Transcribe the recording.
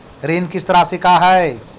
ऋण किस्त रासि का हई?